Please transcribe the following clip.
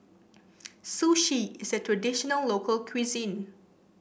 Sushi is a traditional local cuisine